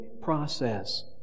process